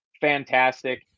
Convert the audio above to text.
fantastic